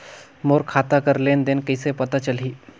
मोर खाता कर लेन देन कइसे पता चलही?